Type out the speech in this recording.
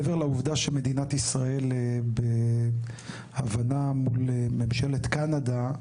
מעבר לעובדה שמדינת ישראל בהבנה מול ממשלת קנדה,